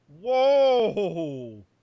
Whoa